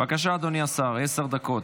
בבקשה, אדוני השר, עשר דקות.